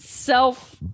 self